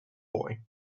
boy